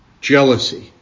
jealousy